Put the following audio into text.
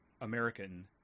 American